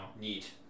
Neat